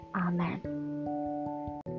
Amen